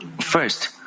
First